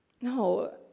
No